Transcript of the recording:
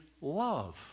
love